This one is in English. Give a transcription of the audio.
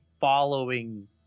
following